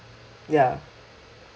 ya